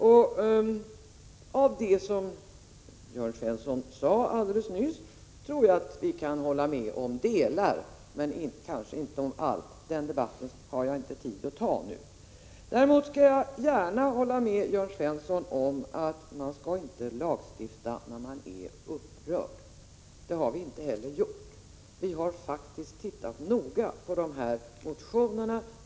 Jag tror att vi kan hålla med om vissa delar iJörn. HH Svenssons anförande, men kanske inte om allt. Den debatten har jag inte tid — L48regleringenav ätt förasnu. vissa sexualbrott Däremot skall jag gärna hålla med Jörn Svensson om att man inte skall lagstifta när man är upprörd. Det har vi inte heller gjort. Vi har noga gått igenom motionerna.